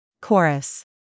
Chorus